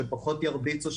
שפחות ירביצו,